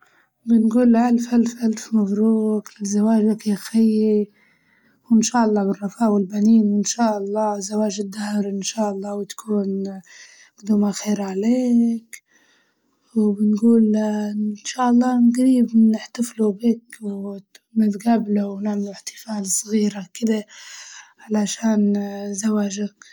بنقوله ألف ألف ألف مبروك زواجك يا خيي، وإن شاء الله بالرفاه والبنين وإن شاء الله زواج الدهر إن شاء الله تكون قدومها خير عليك وبنقول إن شاء الله عن قريب نحتفلوا بك وت- ونتقابلوا ونعملوا احتفال صغير كدة علشان ن- زواجك.